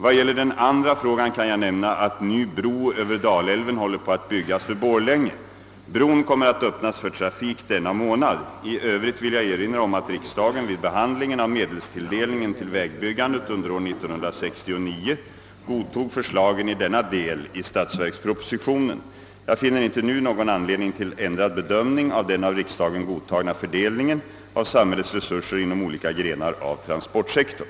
Vad gäller den andra frågan kan jag nämna att ny bro över Dalälven håller på att byggas vid Borlänge. Bron kommer att öppnas för trafik denna månad. I övrigt vill jag erinra om att riksdagen vid behandlingen av medelstilldelningen till vägbyggandet under år 1969 godtog förslagen i denna del i statsverkspropositionen. Jag finner inte nu någon anledning till ändrad bedömning av den av riksdagen godtagna fördelningen av samhällets resurser inom olika grenar av transportsektorn.